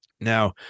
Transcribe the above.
Now